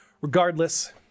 regardless